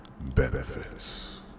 Benefits